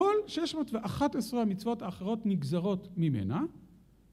כל שש מאות ואחת עשרה מצוות האחרות נגזרות ממנה